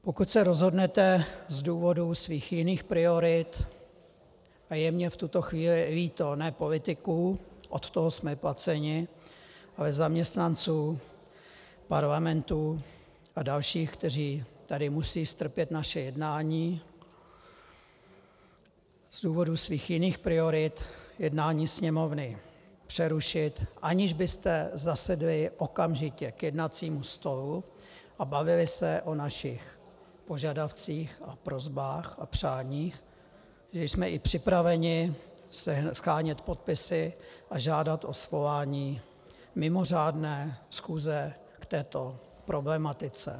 Pokud se rozhodnete z důvodů svých jiných priorit, a je mi v tuto chvíli líto ne politiků, od toho jsme placeni, ale zaměstnanců parlamentu a dalších, kteří tady musí strpět naše jednání, z důvodů svých jiných priorit jednání Sněmovny přerušit, aniž byste zasedli okamžitě k jednacímu stolu a bavili se o našich požadavcích a prosbách i přáních, jsme i připraveni shánět podpisy a žádat o svolání mimořádné schůze k této problematice.